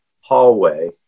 hallway